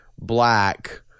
black